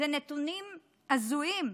אלה נתונים הזויים.